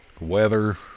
weather